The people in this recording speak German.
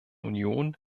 union